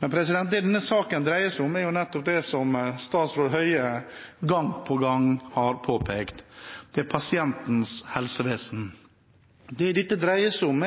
Men det denne saken dreier seg om, er nettopp, som statsråd Høie gang på gang har påpekt, at det er pasientenes helsevesen. Dersom